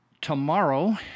Tomorrow